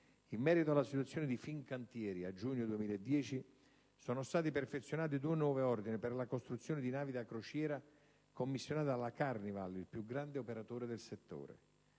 In merito alla situazione di Fincantieri, a giugno 2010, sono stati perfezionati due nuovi ordini per la costruzione di navi da crociera, commissionate dalla Carnival, il più grande operatore del settore.